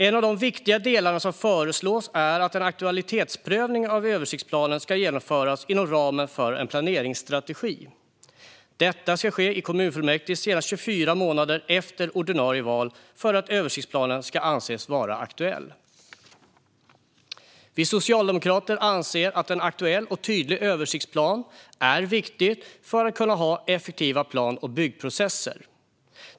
En av de viktiga delar som föreslås är att en aktualitetsprövning av översiktsplanen ska genomföras inom ramen för en planeringsstrategi. Detta ska ske i kommunfullmäktige senast 24 månader efter ett ordinarie val för att översiktsplanen ska anses vara aktuell. Vi socialdemokrater anser att en aktuell och tydlig översiktsplan är viktig för att kunna ha effektiva plan och byggprocesser.